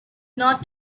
not